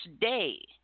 day